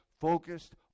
focused